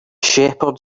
shepherd